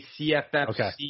CFFC